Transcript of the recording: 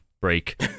Break